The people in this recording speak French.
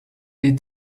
est